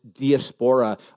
diaspora